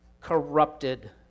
corrupted